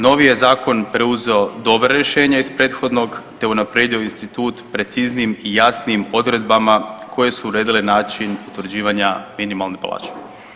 Novi je zakon preuzeo dobra rješenja iz prethodnog, te unaprijedio institut preciznijim i jasnijim odredbama koje su uredile način utvrđivanja minimalne plaće.